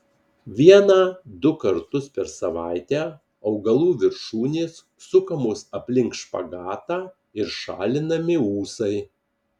vieną du kartus per savaitę augalų viršūnės sukamos aplink špagatą ir šalinami ūsai